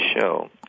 show